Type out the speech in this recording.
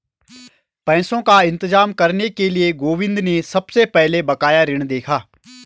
पैसों का इंतजाम करने के लिए गोविंद ने सबसे पहले बकाया ऋण देखा